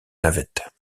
navette